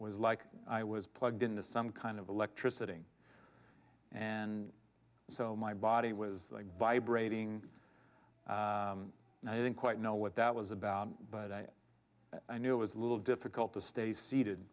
was like i was plugged into some kind of electricity and so my body was vibrating and i didn't quite know what that was about but i knew it was a little difficult to stay se